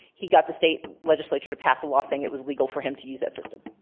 he got the state legislature to pass a law saying it was legal for him to use that system.